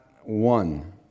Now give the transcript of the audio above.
one